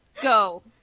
Go